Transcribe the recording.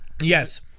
yes